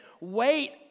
wait